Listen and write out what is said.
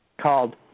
called